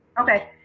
Okay